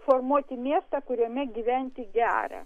formuoti miestą kuriame gyventi gera